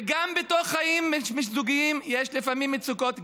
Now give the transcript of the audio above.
וגם בתוך חיים זוגיים יש לפעמים מצוקות,